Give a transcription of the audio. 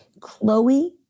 Chloe